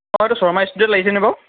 অঁ এইটো শৰ্মা ষ্টুডিঅ'ত লাগিছেনে বাৰু